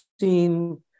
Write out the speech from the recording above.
seen